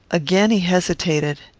again, he hesitated.